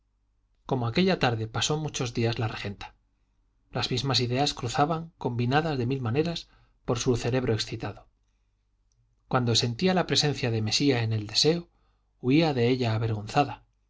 como aquella tarde pasó muchos días la regenta las mismas ideas cruzaban combinadas de mil maneras por su cerebro excitado cuando sentía la presencia de mesía en el deseo huía de ella avergonzada